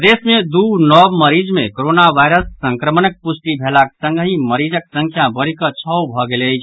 प्रदेश मे दू नव मरीज मे कोरोना वायरस संक्रमणक प्रष्टि भेलाक संगहि मरीजक संख्या बढ़ि कऽ छओ भऽ गेल अछि